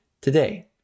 today